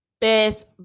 best